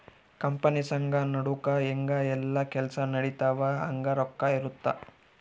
company ಸಂಘ ನಡುಕ ಹೆಂಗ ಯೆಲ್ಲ ಕೆಲ್ಸ ನಡಿತವ ಹಂಗ ರೊಕ್ಕ ಇರುತ್ತ